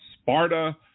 Sparta